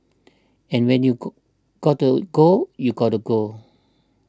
and when you got gotta go you gotta go